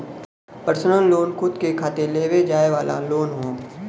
personal loan खुद के खातिर लेवे जाये वाला लोन हौ